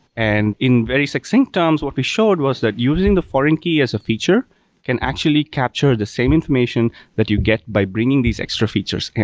and in very succinct terms, what we showed was that using the foreign key as a feature can actually capture the same information that you get by bringing these extra features in.